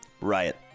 riot